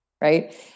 Right